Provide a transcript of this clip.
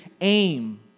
aim